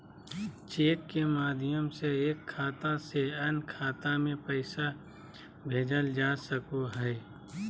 cheque के माध्यम से एक खाता से अन्य खाता में पैसा भेजल जा सको हय